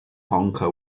honker